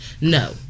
no